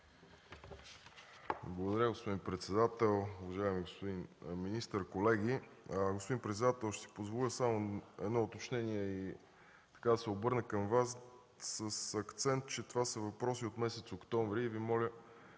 Благодаря, господин председател. Уважаеми господин министър, колеги! Господин председател, ще си позволя само едно уточнение – ще се обърна към Вас с акцент, че това са въпроси от месец октомври.